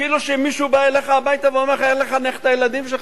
כאילו מישהו בא אליך הביתה ואומר לך איך לחנך את הילדים שלך,